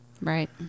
Right